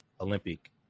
Olympic